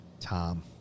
Tom